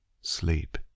sleep